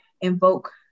invoke